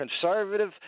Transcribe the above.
conservative